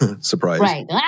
surprised